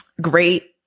great